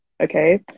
okay